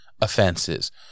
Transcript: offenses